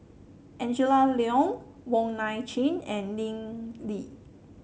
Angela Liong Wong Nai Chin and Lim Lee